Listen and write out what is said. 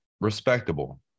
respectable